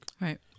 Right